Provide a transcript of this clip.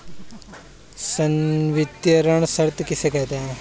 संवितरण शर्त किसे कहते हैं?